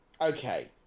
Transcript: Okay